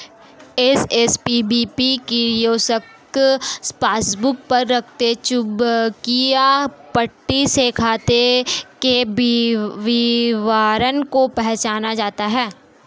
SSPBP kiosk passbook पर रखे चुंबकीय पट्टी से खाते के विवरण को पहचानता है